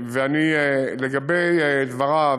לגבי דבריו